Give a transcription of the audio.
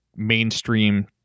mainstream